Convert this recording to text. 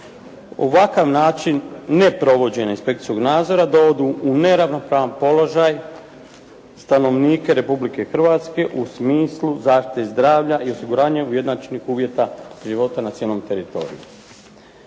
Ovakav način ne provođenja inspekcijskog nadzora dovodi u neravnopravan položaj stanovnike Republike Hrvatske u smislu zaštite zdravlja i osiguranje ujednačenih uvjeta života na cijelom teritoriju.